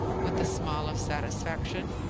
with a smile of satisfaction.